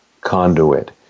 conduit